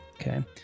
Okay